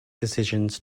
decisions